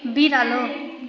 बिरालो